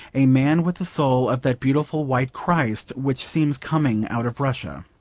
a man with a soul of that beautiful white christ which seems coming out of russia.